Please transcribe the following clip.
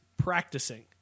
practicing